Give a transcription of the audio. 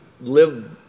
live